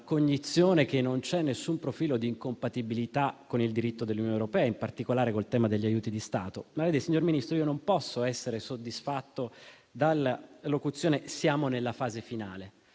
che non c'è nessun profilo di incompatibilità con il diritto dell'Unione europea, in particolare con il tema degli aiuti di Stato, ma non posso essere soddisfatto dall'affermazione che siamo nella fase finale,